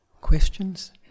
questions